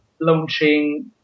launching